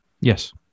Yes